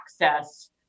access